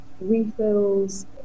refills